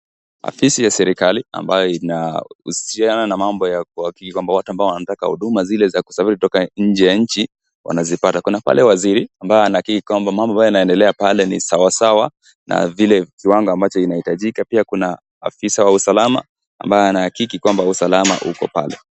Afisi ya serikali ambayo inahusiana na mambo ya watu wanataka huduma ya kusafiri kutoka nje ya nchi wanazipata. Kuna pale waziri ambaye anakiri kwamba mambo ambayo yanaendelea pale ni sawa sawa na vile viwango ambavyo vinahitajika. Pia kuna afisa wa usalama ambaye anahakiki kwamba usalama uko pale.